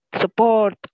support